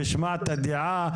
השמעת דעה.